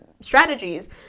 strategies